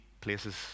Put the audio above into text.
places